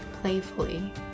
playfully